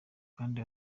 kandi